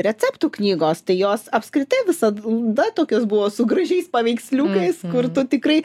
receptų knygos tai jos apskritai visada tokios buvo su gražiais paveiksliukais kur tu tikrai